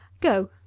Go